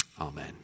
Amen